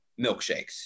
milkshakes